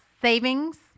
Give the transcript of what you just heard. Savings